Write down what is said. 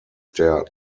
der